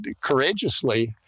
courageously